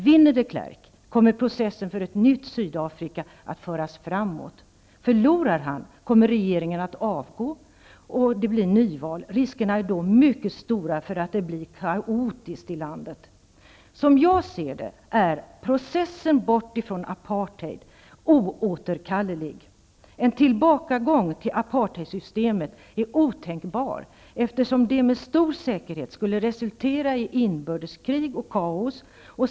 Vinner de Klerk, kommer processen för ett nytt Sydafrika att föras framåt. Förlorar han, kommer regeringen att avgå, och det blir nyval. Riskerna är då mycket stora för att det blir kaotiskt i landet. Som jag ser det, är processen bort från apartheid oåterkallelig. En tillbakagång till apartheidsystemet är otänkbar, eftersom det med stor säkerhet skulle resultera i inbördeskrig och kaos.